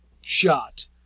shot